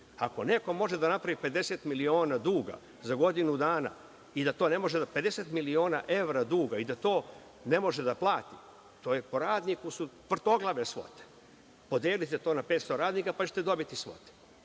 Ako neko može da napravi 50 miliona duga za godinu dana i da to ne može da plati, to su po radniku vrtoglave svote. Podelite to na 500 radnika, pa ćete dobiti svote.